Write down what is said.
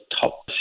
top